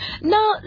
Now